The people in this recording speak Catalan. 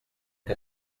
que